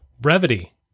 brevity